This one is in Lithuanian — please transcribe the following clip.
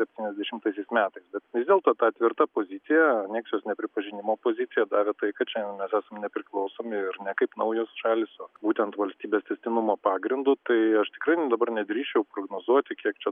septyniasdešimtaisiais metais bet vis dėlto ta tvirta pozicija aneksijos nepripažinimo pozicija davė tai kad šiandien mes esam nepriklausomi ir ne kaip naujos šalys o būtent valstybės tęstinumo pagrindu tai aš tikrai dabar nedrįsčiau prognozuoti kiek čia